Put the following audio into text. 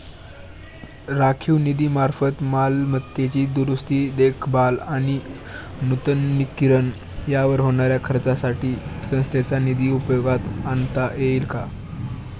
राखीव निधीमार्फत मालमत्तेची दुरुस्ती, देखभाल आणि नूतनीकरण यावर होणाऱ्या खर्चासाठी संस्थेचा निधी उपयोगात आणता येईल का?